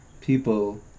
people